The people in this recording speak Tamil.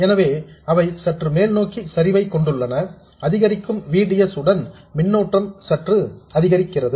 எனவே அவை சற்று மேல்நோக்கி சரிவை கொண்டுள்ளன அதிகரிக்கும் V D S உடன் மின்னோட்டம் சற்று அதிகரிக்கிறது